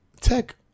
tech